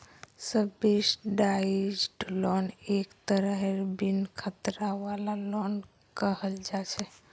subsidised loan एक तरहेर बिन खतरा वाला लोन कहल जा छे